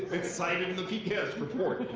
it's cited in the pcast report.